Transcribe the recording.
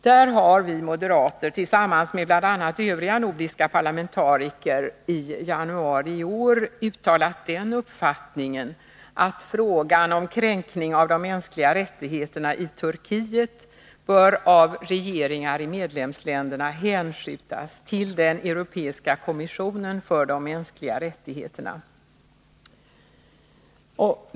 Där har vi moderater tillsammans med bl.a. övriga nordiska parlamentariker i januari i år uttalat den uppfattningen, att frågan om kränkning av de mänskliga rättigheterna i Turkiet bör av regeringar i medlemsländerna hänskjutas till den europeiska kommissionen för de mänskliga rättigheterna.